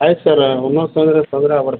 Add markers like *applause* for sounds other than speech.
ಆಯ್ತು ಸರ್ *unintelligible* ತೊಂದರೆ ಆಗ್ಬಾರ್ದು